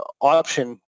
option